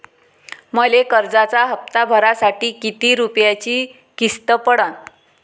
मले कर्जाचा हप्ता भरासाठी किती रूपयाची किस्त पडन?